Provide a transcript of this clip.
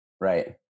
Right